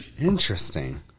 Interesting